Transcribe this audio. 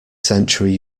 century